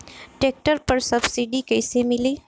Tractor पर subsidy कैसे मिली?